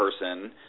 person